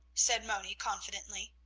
said moni, confidently.